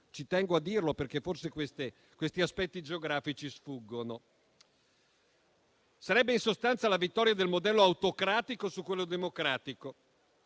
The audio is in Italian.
Ci tengo a dirlo perché forse questi aspetti geografici sfuggono. Sarebbe in sostanza la vittoria del modello autocratico su quello democratico,